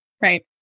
Right